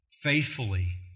faithfully